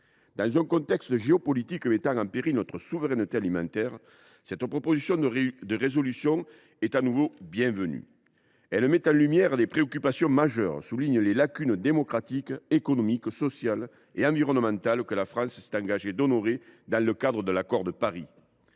Dans un contexte géopolitique mettant en péril notre souveraineté alimentaire, la présente proposition de résolution est à son tour bienvenue. Elle met en lumière des préoccupations majeures et souligne des lacunes démocratiques, économiques et sociales, ainsi qu’au regard des exigences environnementales que la France s’est engagée à honorer dans le cadre de l’accord de Paris.